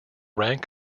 rank